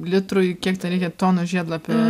litrui kiek ten reikia tonų žiedlapių